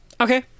Okay